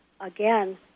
again